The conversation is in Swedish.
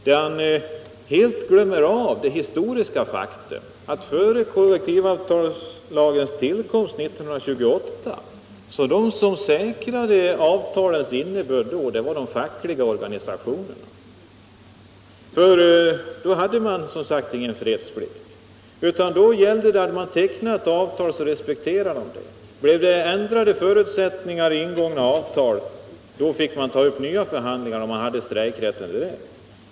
Han glömde helt bort det historiska faktum att före kollektivavtalets tillkomst, 1928, var det de fackliga organisationerna som säkrade avtalets innebörd. Då hade man som sagt ingen fredsplikt, utan då respekterades det avtal som tecknats. Ändrades förutsättningarna för ingångna avtal fick man ta upp nya förhandlingar, vare sig man hade strejkrätt eller ej.